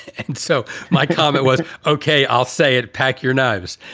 and so my comment was, ok. i'll say it. pack your knives.